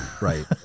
Right